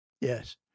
yes